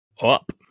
up